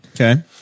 Okay